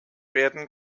werden